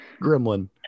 gremlin